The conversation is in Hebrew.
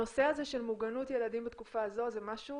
הנושא הזה של מוגנות ילדים בתקופה הזאת זה משהו